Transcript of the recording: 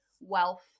wealth